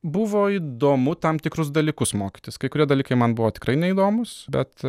buvo įdomu tam tikrus dalykus mokytis kai kurie dalykai man buvo tikrai neįdomūs bet